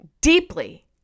deeply